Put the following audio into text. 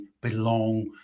belong